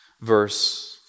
verse